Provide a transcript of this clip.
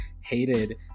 hated